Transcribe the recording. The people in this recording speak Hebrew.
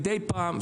מידי פעם,